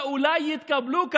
ואולי יקבלו,